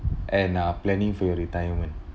and uh planning for your retirement